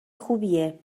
خوبیه